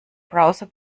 browser